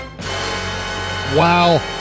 Wow